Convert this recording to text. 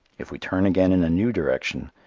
if we turn again in a new direction,